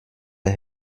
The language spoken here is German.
der